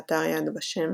באתר יד ושם